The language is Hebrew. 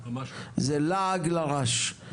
זה לעג לרש.